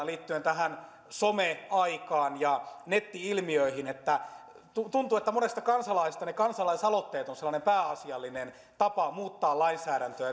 liittyen tähän someaikaan ja netti ilmiöihin että tuntuu että monesta kansalaisesta kansalaisaloitteet ovat sellainen pääasiallinen tapa muuttaa lainsäädäntöä